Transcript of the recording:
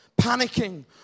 panicking